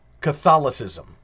Catholicism